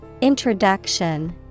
Introduction